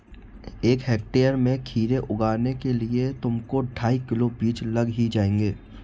एक हेक्टेयर में खीरे उगाने के लिए तुमको ढाई किलो बीज लग ही जाएंगे